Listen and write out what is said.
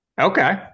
Okay